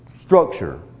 structure